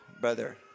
Brother